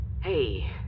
Hey